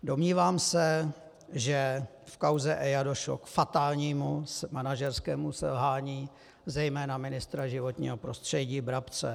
Domnívám se, že v kauze EIA došlo k fatálnímu manažerskému selhání zejména ministra životního prostředí Brabce.